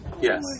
Yes